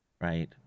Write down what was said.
right